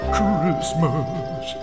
Christmas